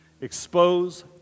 expose